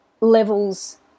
levels